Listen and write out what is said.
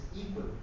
equal